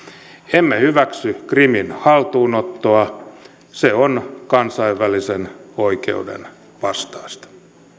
emme hyväksy krimin haltuunottoa se on kansainvälisen oikeuden vastaista